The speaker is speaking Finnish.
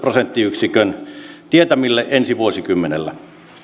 prosenttiyksikön tietämille ensi vuosikymmenellä